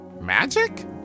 Magic